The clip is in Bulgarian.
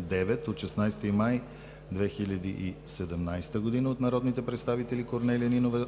754-05-9, от 16 май 2017 г. от народните представители Корнелия Нинова,